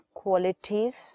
qualities